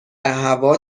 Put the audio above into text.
هوا